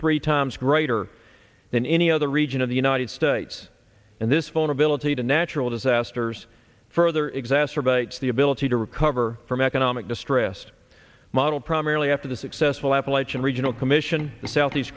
three times greater than any other region of the united states and this vulnerability to natural disasters further exacerbates the ability to recover from economic distress model primarily after the successful appalachian regional commission the southeast